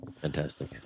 Fantastic